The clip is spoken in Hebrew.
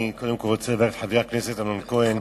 אני קודם כול רוצה לברך את חבר הכנסת אמנון כהן